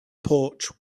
porch